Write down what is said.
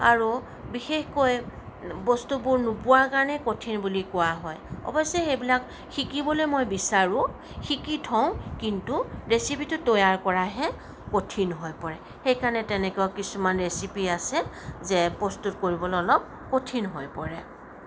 আৰু বিশেষকৈ বস্তুবোৰ নোপোৱাৰ কাৰণে কঠিন বুলি কোৱা হয় অৱশ্যে সেইবিলাক শিকিবলৈ মই বিচাৰোঁ শিকি থওঁ কিন্তু ৰেচিপিটো তৈয়াৰ কৰাহে কঠিন হৈ পৰে সেইকাৰণে তেনেকুৱা কিছুমান ৰেচিপি আছে যে প্ৰস্তুত কৰিবলৈ অলপ কঠিন হৈ পৰে